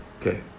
okay